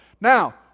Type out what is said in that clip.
Now